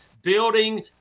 Building